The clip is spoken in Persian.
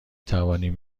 توانیم